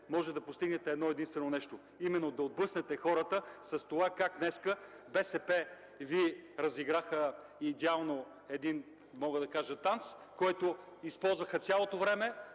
може да постигнете едно-единствено нещо, а именно да отблъснете хората с това как днес БСП Ви разиграха идеално един, мога да кажа, танц, в който използваха цялото време.